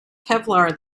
kevlar